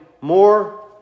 more